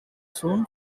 soon